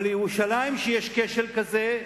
אבל בירושלים, כשיש כשל כזה,